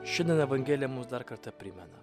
šiandien evangelija mums dar kartą primena